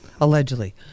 Allegedly